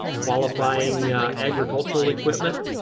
qualifying agricultural equipment